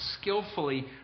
skillfully